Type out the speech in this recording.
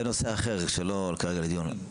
זה נושא אחר, שלא כרגע בדיון.